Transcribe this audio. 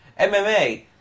MMA